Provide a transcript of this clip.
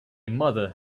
mother